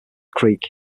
creek